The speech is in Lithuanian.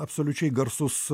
absoliučiai garsus